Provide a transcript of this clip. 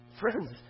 Friends